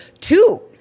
two